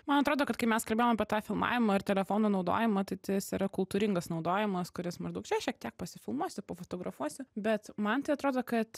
man atrodo kad kai mes kalbėjom apie tą filmavimą ir telefonų naudojimą ateitis yra kultūringas naudojimas kuris maždaug čia šiek tiek pasifilmuosiu pafotografuosiu bet man tai atrodo kad